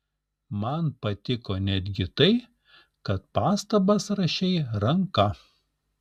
man patiko netgi tai kad pastabas rašei ranka